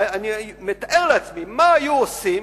אני מתאר לעצמי מה היו עושים